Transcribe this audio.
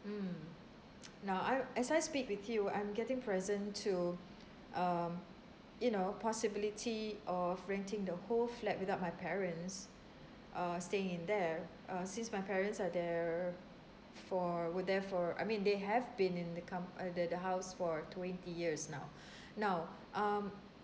mm now I as I speak with you I'm getting present to um you know possibility of renting the whole flat without my parents err staying in there err since my parents are there for were there for I mean they have been in the com~ uh the the house for twenty years now now um